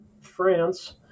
France